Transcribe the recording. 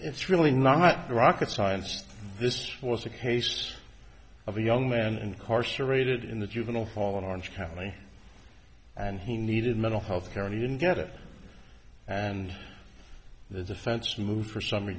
it's really not rocket science this was a case of a young man incarcerated in the juvenile hall in orange county and he needed mental health care and he didn't get it and the defense moved for summ